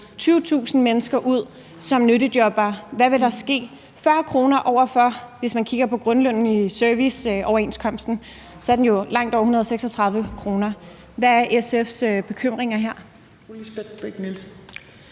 20.000 mennesker ud som nyttejobbere? Hvad vil der ske med 40 kr. over for, hvis man kigger på grundloven i serviceoverenskomsten, langt over 136 kr.? Hvad er SF's bekymringer her?